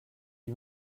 lui